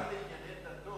השר לענייני דתות